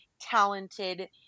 talented